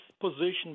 position